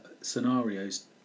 scenarios